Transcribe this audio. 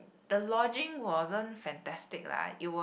the lodging wasn't fantastic lah it was